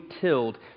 tilled